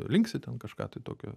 linksi ten kažką tai tokio